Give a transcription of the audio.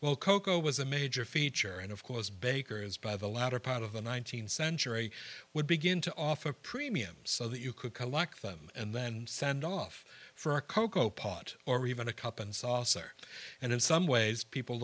well cocoa was a major feature and of course baker has by the latter part of the th century would begin to offer premiums so that you could collect them and then send off for a cocoa pot or even a cup and saucer and in some ways people